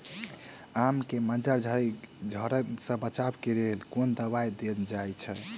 आम केँ मंजर झरके सऽ बचाब केँ लेल केँ कुन दवाई देल जाएँ छैय?